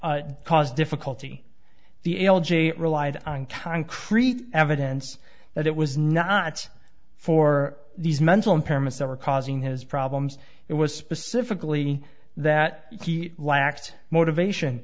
d cause difficulty the l j relied on concrete evidence that it was not for these mental impairment that were causing his problems it was specifically that he lacked motivation